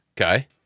Okay